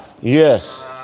Yes